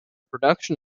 production